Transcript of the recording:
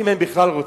אם הם בכלל רוצים.